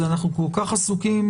אנחנו כל כך עסוקים,